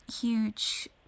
huge